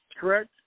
Correct